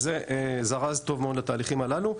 וזה זרז טוב מאוד לתהליכים הללו.